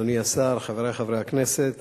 אדוני השר, חברי חברי הכנסת,